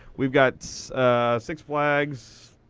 we've got six flags,